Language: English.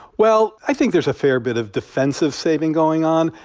well, i think there's a fair bit of defensive saving going on.